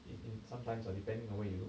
in in sometimes ah depending on where you look